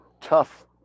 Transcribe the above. tough